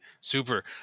super